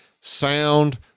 sound